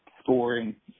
scoring